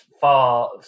far